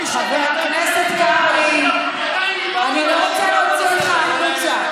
חבר הכנסת קרעי, אני לא רוצה להוציא אותך החוצה.